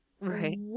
Right